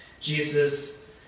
Jesus